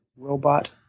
Robot